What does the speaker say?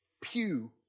pew